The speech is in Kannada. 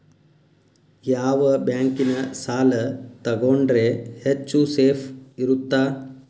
ಯಾವ ಬ್ಯಾಂಕಿನ ಸಾಲ ತಗೊಂಡ್ರೆ ಹೆಚ್ಚು ಸೇಫ್ ಇರುತ್ತಾ?